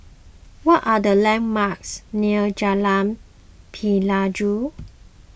what are the landmarks near Jalan Pelajau